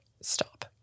Stop